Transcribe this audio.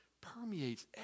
permeates